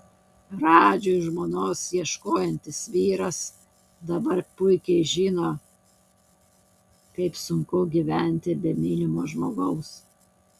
radžiui žmonos ieškosiantis vyras dabar puikiai žino kaip sunku gyventi be mylimo žmogaus